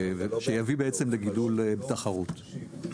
שיביא בעצם לגידול בתחרות.